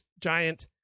giant